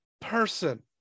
person